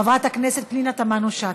חברת הכנסת פנינה תמנו-שטה,